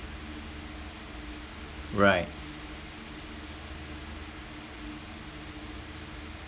right